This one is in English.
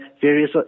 various